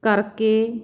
ਕਰਕੇ